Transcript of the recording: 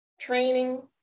training